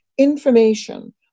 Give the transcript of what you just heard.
Information